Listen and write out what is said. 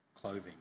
clothing